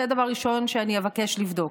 זה דבר ראשון שאני אבקש לבדוק.